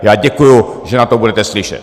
Já děkuji, že na to budete slyšet.